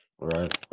Right